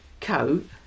coat